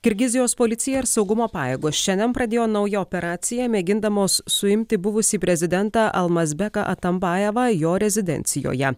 kirgizijos policija ir saugumo pajėgos šiandien pradėjo naują operaciją mėgindamos suimti buvusį prezidentą almazbeką atambajevą jo rezidencijoje